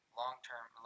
long-term